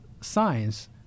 science